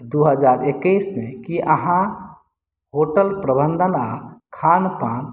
दू हजार एक्कैस मे की अहाँ होटल प्रबंधन आ खानपान